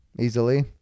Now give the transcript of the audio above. easily